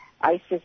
ISIS